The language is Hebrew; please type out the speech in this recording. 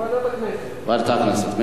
ועדת העבודה, ועדת הפנים, ועדת הכנסת.